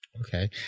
okay